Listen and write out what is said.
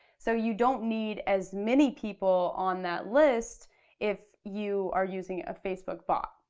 so you don't need as many people on that list if you are using a facebook bot.